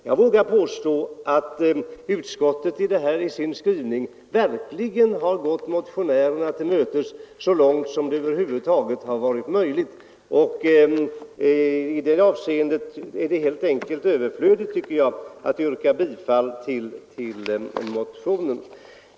Jag vågar påstå att utskottet i sin skrivning verkligen har gått motionärerna till mötes så långt det över huvud taget har varit möjligt. Därför är det helt enkelt överflödigt. tycker jag, att yrka bifall till motionen.